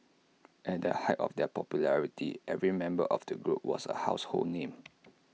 at the height of their popularity every member of the group was A household name